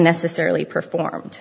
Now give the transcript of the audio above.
necessarily performed